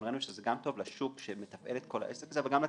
ראינו שזה גם טוב לשוק שמתפעל את כל העסק הזה וגם לצרכנים.